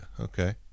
Okay